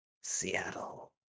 Seattle